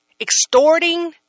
extorting